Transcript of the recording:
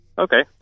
Okay